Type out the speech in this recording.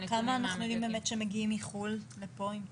כמה אנחנו יודעים באמת שמגיעים מחו"ל לפה עם תואר?